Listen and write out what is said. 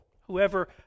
whoever